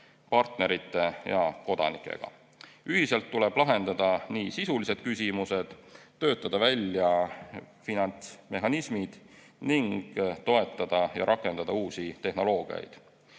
partnerite ja kodanikega. Ühiselt tuleb lahendada sisulised küsimused, töötada välja finantsmehhanismid ning toetada ja rakendada uusi tehnoloogiaid.